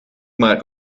maar